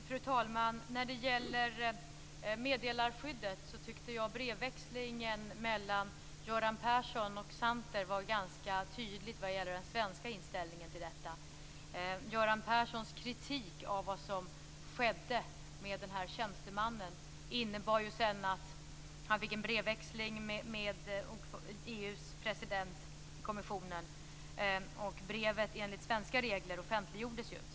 Fru talman! När det gäller meddelarskyddet tyckte jag att brevväxlingen mellan Göran Persson och Santer var ganska tydlig vad gäller den svenska inställningen till detta. Göran Perssons kritik av vad som skedde med den här tjänstemannen innebar ju sedan att han fick en brevväxling med EU:s president i kommissionen, och enligt svenska regler offentliggjordes ju brevet.